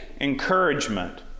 encouragement